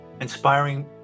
inspiring